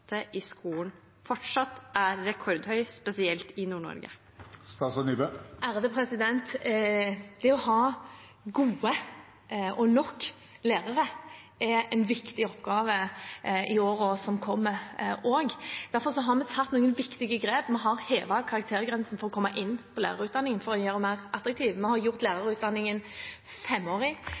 skolen fortsatt er rekordhøy, spesielt i Nord-Norge? Det å ha gode og nok lærere er en viktig oppgave i årene som kommer. Derfor har vi tatt noen viktige grep. Vi har hevet karaktergrensen for å komme inn på lærerutdanningen for å gjøre den mer attraktiv. Vi har gjort lærerutdanningen femårig.